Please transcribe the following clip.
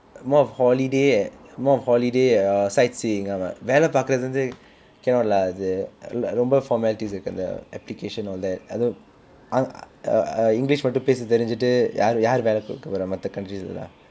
more of holiday err more of holiday ah sightseeing ஆமாம் வேலை பார்க்கிறது வந்து:aamaam velai paarkirathu vanthu cannot lah அது ரொம்ப:athu romba formalities இருக்கு அந்த:irukku antha application all that அதும்:athum err english மட்டும் பேச தெரிந்துட்டு யார் யார் வேலை கொடுக்க போறா மற்ற:mattum pesa therinthuttu yaar yaar velai kodukka poraa matra countries இல் எல்லாம்:il ellaam